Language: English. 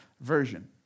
version